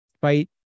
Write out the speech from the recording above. fight